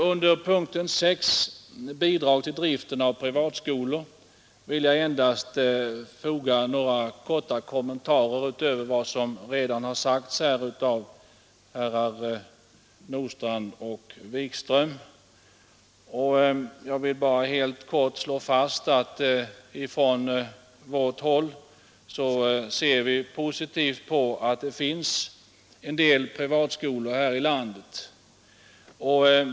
Under punkten 6, Bidrag till driften av vissa privatskolor, vill jag endast göra några korta kommentarer utöver vad som redan har sagts av herrar Nordstrandh och Wikström. Jag vill bara helt kort slå fast att ifrån vårt håll ser vi positivt på att det finns en del privatskolor här i landet.